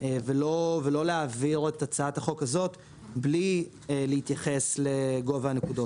ולא להעביר את הצעת החוק הזאת בלי להתייחס לגובה הנקודות.